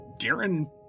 Darren